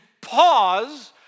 pause